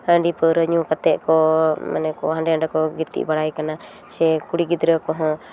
ᱦᱟᱺᱰᱤ ᱯᱟᱹᱣᱨᱟᱹ ᱧᱩ ᱠᱟᱛᱮᱫ ᱠᱚ ᱢᱟᱱᱮ ᱠᱚ ᱦᱟᱸᱰᱮ ᱱᱟᱰᱮ ᱠᱚ ᱜᱤᱛᱤᱡ ᱵᱟᱲᱟᱭ ᱠᱟᱱᱟ ᱥᱮ ᱠᱩᱲᱤ ᱜᱤᱫᱽᱨᱟᱹ ᱠᱚᱦᱚᱸ